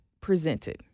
presented